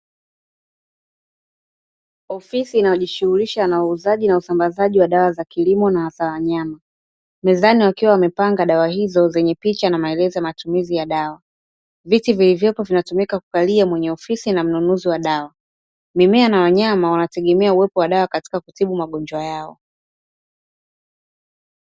Ofisi inayojishungulisha na uuzaji na usambazaji wa dawa za kilimo na za wanyama, mezani wakiwa wamepanga dawa hizo zenye picha na maelezo ya matumizi ya dawa. Viti vilivyoko vinatumika kukalia mwenye ofisi na mnunuzi wa dawa. Mimea na wanyama wanategemae uwepo wa dawa katíka kutibu magonjwa yao .